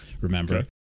remember